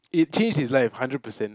it changed his life hundred percent